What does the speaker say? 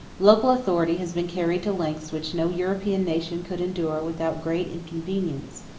local authority has been carried to lengths which no european nation could endure without great inconvenience,